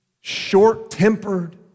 short-tempered